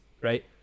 right